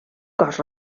cos